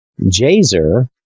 Jazer